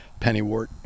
pennywort